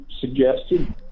suggested